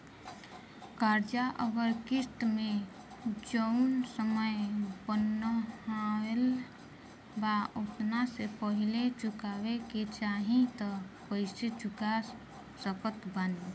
कर्जा अगर किश्त मे जऊन समय बनहाएल बा ओतना से पहिले चुकावे के चाहीं त कइसे चुका सकत बानी?